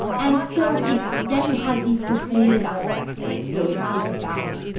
and so it then has these performative aspects, right? so it's it's about,